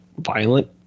violent